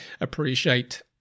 appreciate